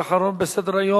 בעד,